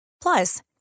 Plus